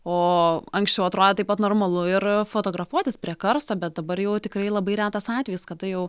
o anksčiau atrodė taip pat normalu ir fotografuotis prie karsto bet dabar jau tikrai labai retas atvejis kada jau